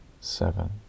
seven